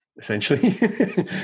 essentially